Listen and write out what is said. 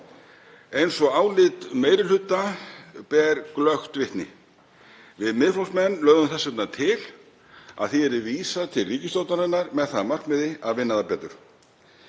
eins og álit meiri hluta ber glöggt vitni. Við Miðflokksmenn lögðum þess vegna til að því yrði vísað til ríkisstjórnarinnar með það að markmiði að vinna það betur.